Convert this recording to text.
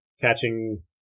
Catching